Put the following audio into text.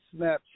Snapchat